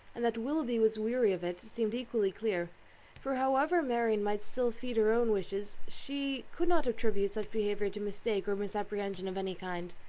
and that willoughby was weary of it, seemed equally clear for however marianne might still feed her own wishes, she could not attribute such behaviour to mistake or misapprehension of any kind.